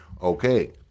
okay